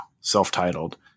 self-titled